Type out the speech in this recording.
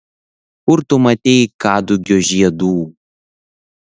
kur tu matei kadugio žiedų